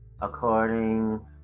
According